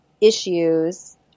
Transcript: issues